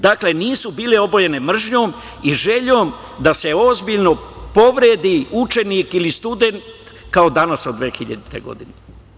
Dakle, nisu bile obojene mržnjom i željom da se ozbiljno povredi učenik ili student kao danas od 2000. godine.